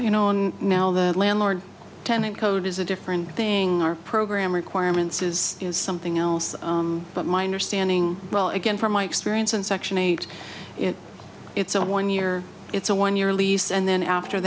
you know now the landlord tenant code is a different thing our program requirements is something else but my understanding well again from my experience in section eight it's a one year it's a one year lease and then after